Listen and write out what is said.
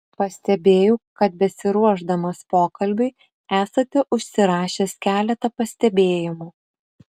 pastebėjau kad besiruošdamas pokalbiui esate užsirašęs keletą pastebėjimų